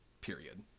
Period